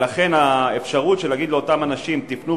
ולכן האפשרות להגיד לאותם אנשים: תפנו